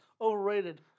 overrated